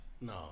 No